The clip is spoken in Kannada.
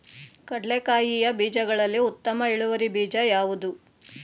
ಕಡ್ಲೆಕಾಯಿಯ ಬೀಜಗಳಲ್ಲಿ ಉತ್ತಮ ಇಳುವರಿ ಬೀಜ ಯಾವುದು?